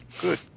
good